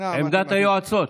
עמדת היועצות.